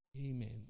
Amen